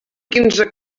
quinze